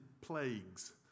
plagues